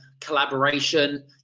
collaboration